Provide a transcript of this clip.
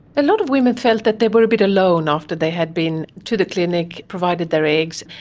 a lot of women felt that they were a bit alone after they had been to the clinic, provided their eggs.